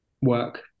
work